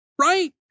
right